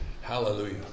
hallelujah